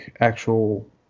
actual